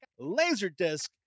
LaserDisc